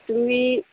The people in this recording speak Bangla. তুমি